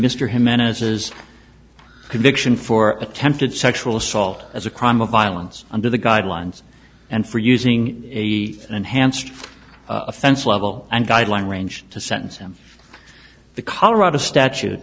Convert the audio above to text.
jimenez's conviction for attempted sexual assault as a crime of violence under the guidelines and for using the enhanced offense level and guideline range to sentence him the colorado statute